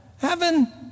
Heaven